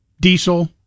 diesel